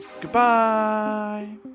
Goodbye